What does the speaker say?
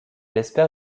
espère